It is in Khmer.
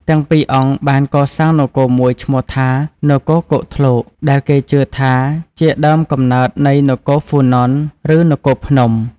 ទាំងពីរអង្គបានកសាងនគរមួយឈ្មោះថា នគរគោកធ្លក ដែលគេជឿថាជាដើមកំណើតនៃនគរហ្វូណន ឬនគរភ្នំ។